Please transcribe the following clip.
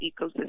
ecosystem